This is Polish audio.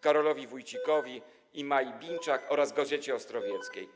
Karolowi Wójcikowi, Mai Bińczak oraz „Gazecie Ostrowieckiej”